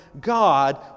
God